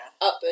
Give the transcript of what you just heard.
up